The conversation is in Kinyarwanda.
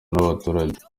n’abaturage